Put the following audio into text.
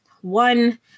One